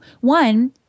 One